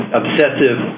obsessive